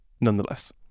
nonetheless